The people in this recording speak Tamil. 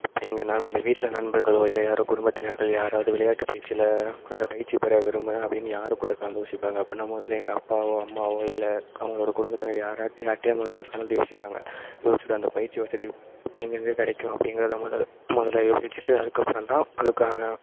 இப்போ எங்கள் ந வீட்டில் நண்பர்களோ இல்லை யாரோ குடும்பத்தினர்கள் யாராவது விளையாட்டு பயிற்சியில் அந்த பயிற்சி பெற விரும்பினா அப்படின்னு யார் கூட கலந்து யோசிப்பாங்க அப்படின்னா மொதலில் எங்கள் அப்பாவோ அம்மாவோ இல்லை அவங்களோட குடும்பத்தில் யார் யார் யார்கிட்டையாவது மொதலில் கலந்து யோசிப்பாங்க யோசிச்சுட்டு அந்த பயிற்சி வசதி எங்கெங்கே கிடைக்கும் அப்படிங்கறத மொதல் மொதலில் யோசிச்சுட்டு அதுக்கப்புறந்தான் அதுக்கான